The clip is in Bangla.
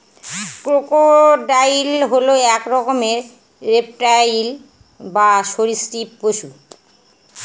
ক্রোকোডাইল হল এক রকমের রেপ্টাইল বা সরীসৃপ পশু